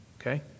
Okay